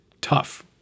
tough